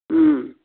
ம்